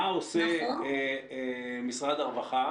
מה עושה משרד הרווחה